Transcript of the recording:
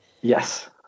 Yes